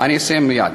אני אסיים מייד.